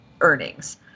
earnings